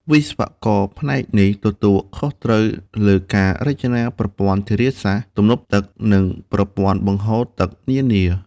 វិស្វករផ្នែកនេះទទួលខុសត្រូវលើការ រចនាប្រព័ន្ធធារាសាស្ត្រ ទំនប់ទឹក និងប្រព័ន្ធបង្ហូរទឹក នានា។